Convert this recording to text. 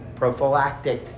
prophylactic